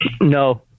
No